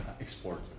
export